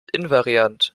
invariant